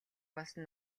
болсон